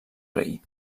rei